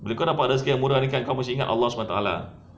bila kau dapat rezeki yang murah ni kan kau mesti ingat allah subhanallah wa taala